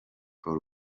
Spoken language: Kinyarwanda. for